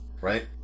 right